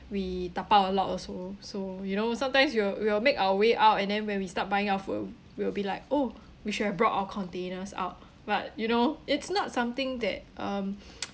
we dabao a lot also so you know sometimes we'll we'll make our way out and then when we start buying our food we'll be like oh we should have brought our containers out but you know it's not something that um